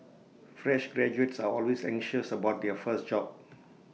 fresh graduates are always anxious about their first job